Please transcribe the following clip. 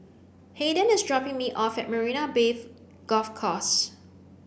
Haiden is dropping me off at Marina Bay Golf Course